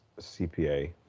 CPA